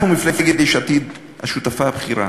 אנחנו, חברי מפלגת יש עתיד, השותפה הבכירה